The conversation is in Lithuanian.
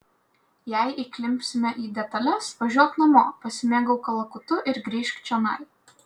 jei įklimpsime į detales važiuok namo pasimėgauk kalakutu ir grįžk čionai